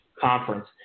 conference